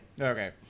Okay